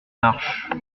marches